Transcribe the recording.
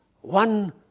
One